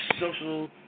social